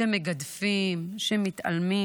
שמגדפים, שמתעלמים.